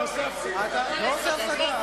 לא עושה הפסקה,